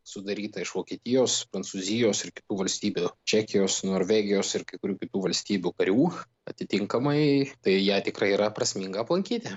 sudaryta iš vokietijos prancūzijos ir kitų valstybių čekijos norvegijos ir kai kurių kitų valstybių karių atitinkamai tai ją tikrai yra prasminga aplankyti